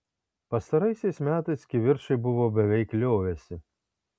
pastaraisiais metais kivirčai buvo beveik liovęsi